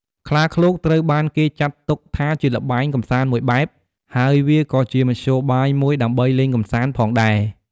ខ្លាឃ្លោកត្រូវបានគេចាត់ទុកថាជាល្បែងកំសាន្តមួយបែប ហើយវាក៏ជាមធ្យោបាយមួយដើម្បីលេងកំសាន្តផងដែរ។